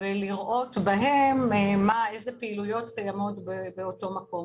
ולראות בהם איזה פעילויות קיימות באותו מקום.